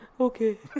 Okay